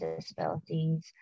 disabilities